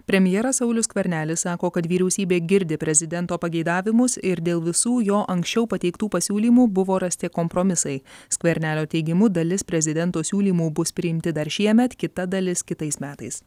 premjeras saulius skvernelis sako kad vyriausybė girdi prezidento pageidavimus ir dėl visų jo anksčiau pateiktų pasiūlymų buvo rasti kompromisai skvernelio teigimu dalis prezidento siūlymų bus priimti dar šiemet kita dalis kitais metais